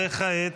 וכעת?